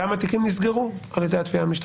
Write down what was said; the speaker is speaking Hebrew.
כמה תיקים נסגרו על ידי התביעה המשטרתית?